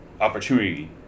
opportunity